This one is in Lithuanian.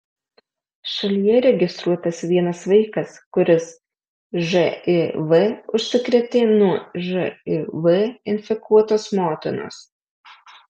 šalyje registruotas vienas vaikas kuris živ užsikrėtė nuo živ infekuotos motinos